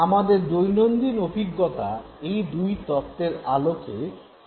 আমাদের দৈনন্দিন অভিজ্ঞতা এই দুই তত্ত্বের আলোকে পর্যালোচনা করব